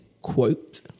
quote